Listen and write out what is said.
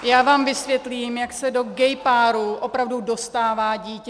Já vám vysvětlím, jak se do gay páru opravdu dostává dítě.